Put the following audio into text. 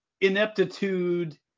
ineptitude